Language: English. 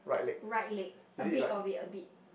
right leg a bit of it a bit